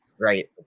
right